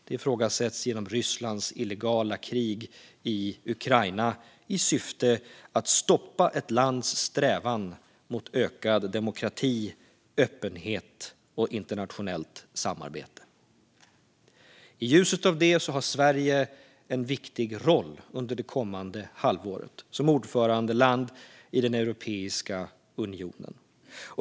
Det sker också genom Rysslands illegala krig i Ukraina i syfte att stoppa ett lands strävan mot ökad demokrati, öppenhet och internationellt samarbete. I ljuset av detta har Sverige en viktig roll under det kommande halvåret som ordförandeland i Europeiska unionen.